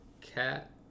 cat